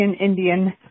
Indian